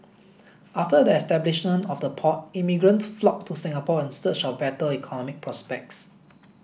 after the establishment of the port immigrants flocked to Singapore in search of better economic prospects